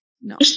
no